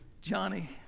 johnny